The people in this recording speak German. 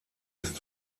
ist